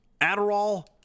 Adderall